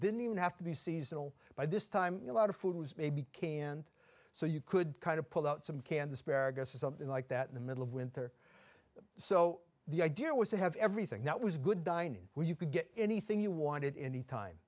didn't even have to be seasonal by this time a lot of food was maybe king and so you could kind of pull out some canned asparagus or something like that in the middle of winter so the idea was to have everything that was good dining where you could get anything you wanted in the time